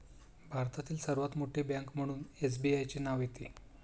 भारतातील सर्वात मोठी बँक म्हणून एसबीआयचे नाव येते